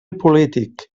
polític